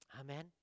Amen